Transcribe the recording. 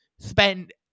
spend